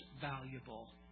valuable